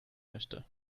möchte